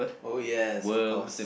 oh yes of course